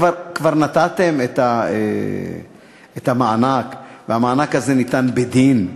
כבר נתתם את המענק והמענק הזה ניתן בדין,